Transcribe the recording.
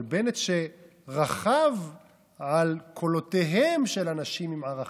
אבל בנט, שרכב על קולותיהם של אנשים עם ערכים,